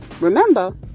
Remember